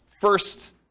first